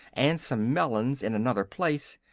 and some melons in another place.